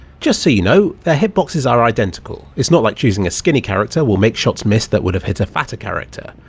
just so you know, their hitboxes are identical it's not like choosing a skinny character will make shots miss that would have hit a fatter character!